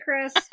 Chris